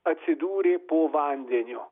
atsidūrė po vandeniu